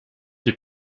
die